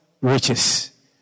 riches